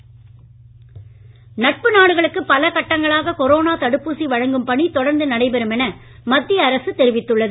தடுப்பூசிவிநியோகம் நட்பு நாடுகளுக்கு பல கட்டங்களாக கொரோனா தடுப்பூசி வழங்கும் பணி தொடர்ந்து நடைபெறும் என மத்திய அரசு தெரிவித்துள்ளது